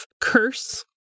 curse